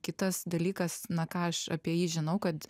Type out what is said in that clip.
kitas dalykas na ką aš apie jį žinau kad